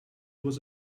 was